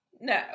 No